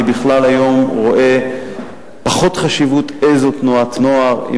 אני בכלל רואה היום פחות חשיבות בשאלה איזו תנועת נוער,